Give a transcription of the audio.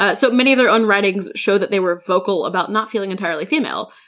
ah so many of their own writings show that they were vocal about not feeling entirely female.